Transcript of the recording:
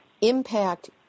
impact